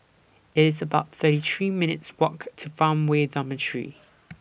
It's about thirty three minutes' Walk to Farmway Dormitory